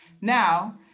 Now